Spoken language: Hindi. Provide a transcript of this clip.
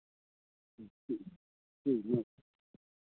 ठीक जी जी